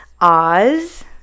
Oz